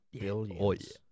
billions